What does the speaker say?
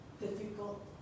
difficult